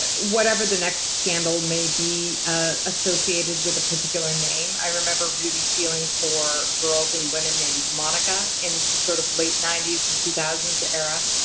whatever the next scandal may be ah associated with a particular name i remember really feeling for girls and women named monica in the sort of late ninety s and two thousand s era.